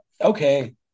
Okay